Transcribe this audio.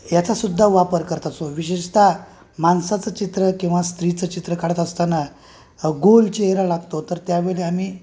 याचासुद्धा वापर करत असू विशेषत माणसाचं चित्र किंवा स्त्रीचं चित्र काढत असताना गोल चेहेरा लागतो तर त्यावेळी आम्ही